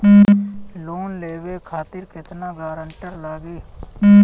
Loan लेवे खातिर केतना ग्रानटर लागी?